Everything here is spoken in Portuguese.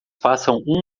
passam